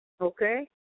Okay